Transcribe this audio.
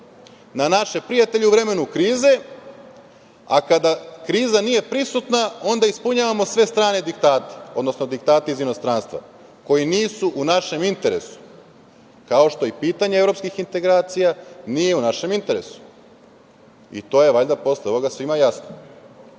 na naše prijatelje u vremenu krize, a kada kriza nije prisutna onda ispunjavamo sve strane diktate, odnosno diktate iz inostranstva koji nisu u našem interesu, kao što i pitanje evropskih integracija nije u našem interesu. To je, valjda, posle ovoga svima